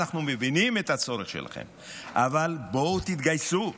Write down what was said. אנחנו מבינים את הצורך שלכם, אבל בואו תתגייסו.